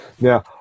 Now